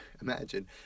imagine